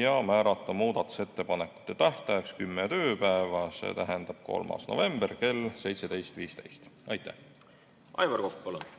ja määrata muudatusettepanekute tähtajaks kümme tööpäeva, see tähendab 3. novembri kell 17.15. Aitäh! Aivar Kokk,